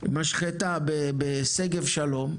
משחטה בשגב שלום,